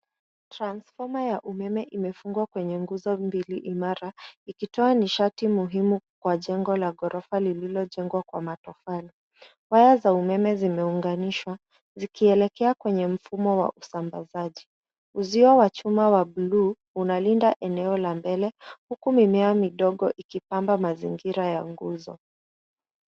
Transfoma ya umeme imefungwa kwenye nguzo mbili imara ikitoa nishati muhimu kwa jengo la ghorofa lililojengwa kwa matofali . Waya za umeme zimeunganishwa zikielekea kwenye mfumo wa usambazaji. Uzio wa chuma wa bluu unalinda eneo la mbele huku mimea midogo ikipamba mazingira ya nguzo.